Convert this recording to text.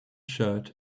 shirt